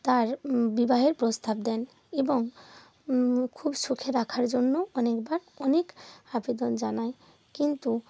তার বিবাহের প্রস্তাব দেন এবং খুব সুখে রাখার জন্য অনেকবার অনেক আবেদন জানায় কিন্তু